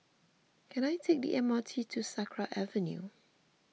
can I take the M R T to Sakra Avenue